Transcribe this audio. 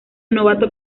novato